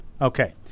Okay